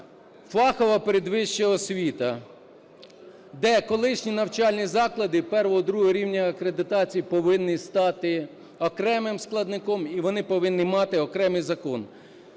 фахова передвища освіта, де колишні навчальні заклади І-ІІ рівня акредитації повинні стати окремим складником, і вони повинні мати окремий закон.